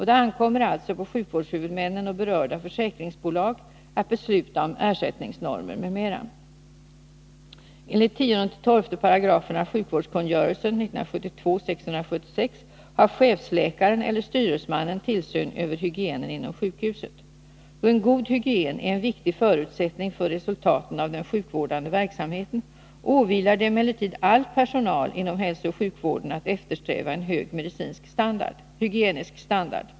Det ankommer alltså på sjukvårdshuvudmännen och berörda försäkringsbolag att besluta om ersättningsnormer m.m. Enligt 10-12 §§ sjukvårdskungörelsen har chefsläkaren eller styresmannen tillsyn över hygienen inom sjukhuset. Då en god hygien är en viktig förutsättning för resultaten av den sjukvårdande verksamheten åvilar det emellertid all personal inom hälsooch sjukvården att eftersträva en hög hygienisk standard.